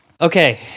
okay